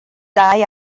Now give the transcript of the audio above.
dau